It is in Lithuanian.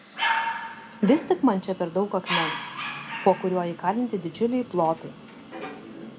vis tik man čia per daug akmens po kuriuo įkalinti didžiuliai plotai